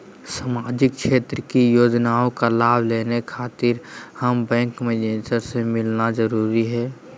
सामाजिक क्षेत्र की योजनाओं का लाभ लेने खातिर हमें बैंक मैनेजर से मिलना जरूरी है?